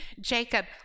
Jacob